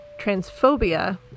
transphobia